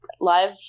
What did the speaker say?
live